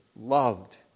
loved